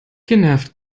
genervt